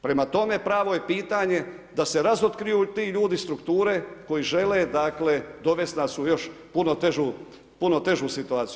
Prema tome, pravo je pitanje da se razotkriju ti ljudi, strukture, koji žele dakle, dovesti nas u još puno težu situaciju.